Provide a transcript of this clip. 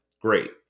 Great